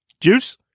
juice